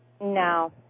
No